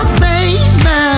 baby